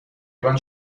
لیوان